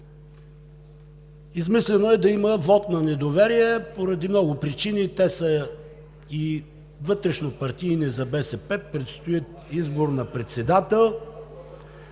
Измислено е да има вот на недоверие поради много причини. Те са вътрешнопартийни за БСП – предстои избор на председател.